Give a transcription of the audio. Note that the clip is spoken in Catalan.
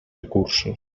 recursos